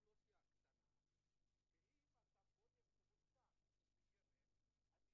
גם אם האפידמיולוגיה בישראל היא טיפה שונה, עדיין